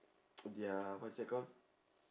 their what is that call